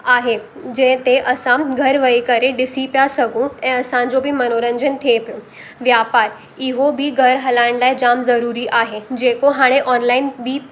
आहे जंहिं ते असां घरु वही करे ॾिसी पिया सघूं ऐं असां जो बि मनोरंजन थिए पियो व्यापारु इहो बि घरु हलाइणु लाइ जाम ज़रूरी आहे जेको हाणे ऑनलाइन बि